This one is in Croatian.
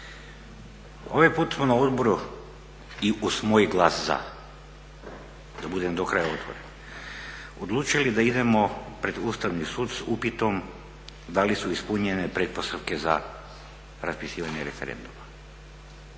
Ovaj put smo na odboru i uz moj glas za, da budem do kraja otvoren, odlučili da idemo pred Ustavni sud s upitom da li su ispunjene pretpostavke za raspisivanje referenduma